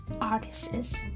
artists